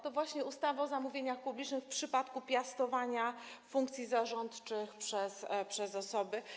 To właśnie ustawa o zamówieniach publicznych w przypadku piastowania funkcji zarządczych przez osoby.